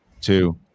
two